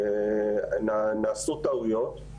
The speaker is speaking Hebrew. נעשו טעויות,